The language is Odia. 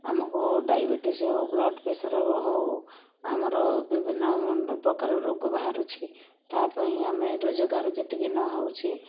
ଆମକୁ ଡାଇବେଟିସ ହେଉ ବ୍ଲଡ଼ପ୍ରେସର ହେଉ ଆମର ବିଭିନ୍ନ ପ୍ରକାର ରୋଗ ବାହାରୁଛି ତା ପାଇଁ ଆମେ ରୋଜଗାର ଯେତିକି ନ ହେଉଛି